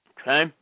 Okay